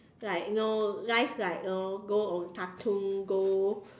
like you know life like you know go on cartoon go